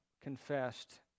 confessed